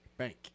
Bank